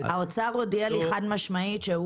משרד האוצר הודיע לי חד-משמעית שהוא